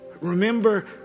remember